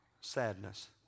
sadness